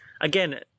again